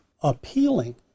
appealing